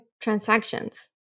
transactions